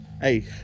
Hey